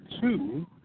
two